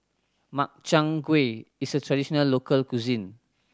Makchang Gui is a traditional local cuisine